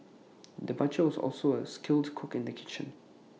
the butcher was also A skilled cook in the kitchen